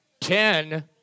ten